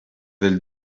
del